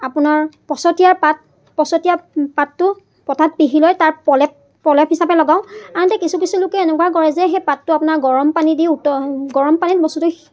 আপোনাৰ পচতীয়াৰ পাত পচতীয়া পাতটো পটাত পিহি লৈ তাৰ প্ৰলেপ প্ৰলেপ হিচাপে লগাওঁ আনহাতে কিছু কিছু লোকে এনেকুৱা কৰে যে সেই পাতটো আপোনাৰ গৰমপানী দি গৰমপানীত বস্তুটো